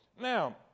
Now